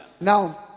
Now